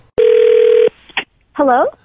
Hello